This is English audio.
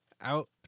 Out